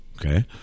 okay